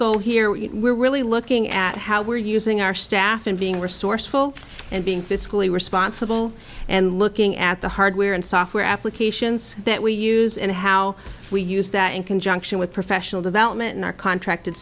school here we're really looking at how we're using our staff and being resourceful and being fiscally responsible and looking at the hardware and software applications that we use and how we use that in conjunction with professional development in our contracted